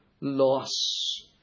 loss